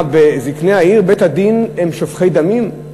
מה, זקני העיר, בית-הדין, הם שופכי דמים,